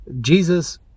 Jesus